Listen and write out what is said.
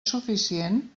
suficient